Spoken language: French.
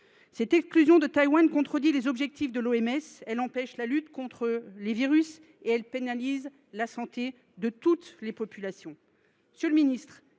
Cette exclusion de Taïwan est contraire aux objectifs de l’OMS, empêche la lutte contre les virus et nuit à la santé de toutes les populations.